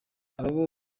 abo